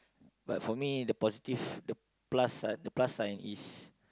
but for me the positive the plus the plus sign is